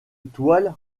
toile